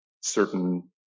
certain